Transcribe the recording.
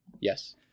yes